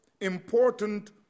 important